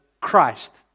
Christ